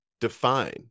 define